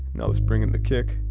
now let's bring in the kick,